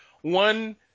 One